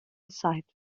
sight